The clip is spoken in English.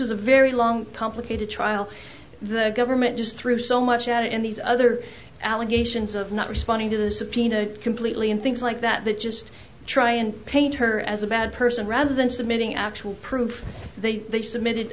was a very long complicated trial the government just threw so much out in these other allegations of not responding to the subpoena completely and things like that they just try and paint her as a bad person rather than submitting actual proof they they submitted